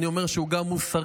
אני אומר שהוא גם מוסרי,